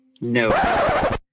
No